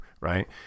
right